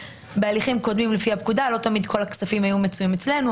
ובהליכים קודמים לפי הפקודה לא תמיד כל הכספים היו מצויים אצלנו.